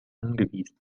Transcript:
angewiesen